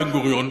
בן-גוריון,